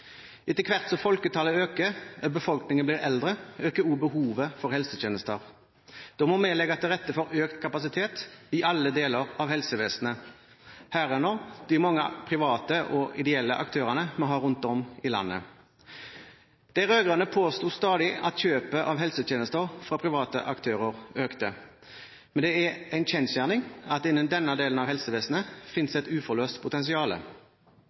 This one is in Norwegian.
Etter hvert som folketallet øker eller befolkningen blir eldre, øker også behovet for helsetjenester. Da må vi legge til rette for økt kapasitet i alle deler av helsevesenet, herunder de mange private og ideelle aktørene vi har rundt om i landet. De rød-grønne påsto stadig at kjøp av helsetjenester fra private aktører økte, men det er en kjensgjerning at det innen denne delen av helsevesenet finnes et uforløst